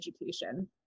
education